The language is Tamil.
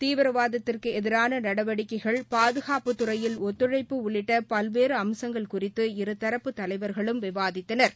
தீவிரவாதத்திற்கு எதிரான நடவடிக்கைகள் பாதுகாப்புத் துறையில் ஒத்துழைப்பு உள்ளிட்ட பல்வேறு அம்சங்கள் குறித்து இரு தலைவா்களும் விவாதித்தனா்